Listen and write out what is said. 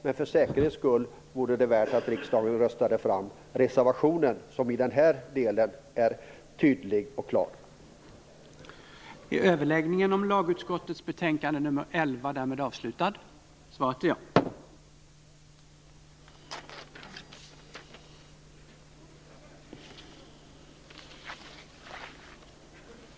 Men för säkerhets skull vore det mycket värt att riksdagen röstade fram reservationen, som är tydlig och klar i den här delen.